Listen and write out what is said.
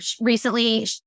recently